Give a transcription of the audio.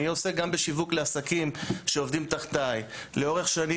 אני עוסק גם בשיווק לעסקים שעובדים תחתיי לאורך שנים,